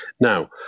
Now